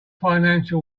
financial